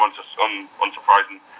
unsurprising